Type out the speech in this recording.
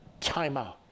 timeout